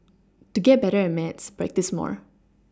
to get better at maths practise more